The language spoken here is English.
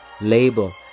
label